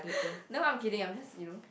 no I'm kidding I'm just you know